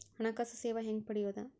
ಹಣಕಾಸು ಸೇವಾ ಹೆಂಗ ಪಡಿಯೊದ?